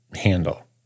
handle